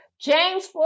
James